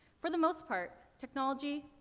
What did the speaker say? for the most part, technology,